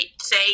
say